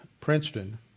Princeton